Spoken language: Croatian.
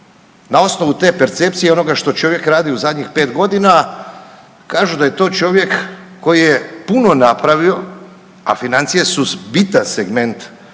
na osnovu te percepcije i onoga što čovjek radi u zadnjih 5.g. kažu da je to čovjek koji je puno napravio, a financije su bitan segment